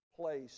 place